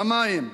למים,